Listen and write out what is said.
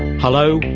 hello,